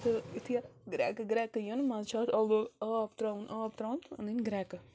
تہٕ یُتھٕے اَتھ گرکہٕ گرکہٕ یِن مَنٛزٕ چھِ اَتھ آب تراوُن آب تراوُن تہٕ اَنٛنۍ گرکہٕ